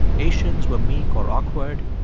asians were meek or awkward.